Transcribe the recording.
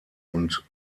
und